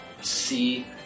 see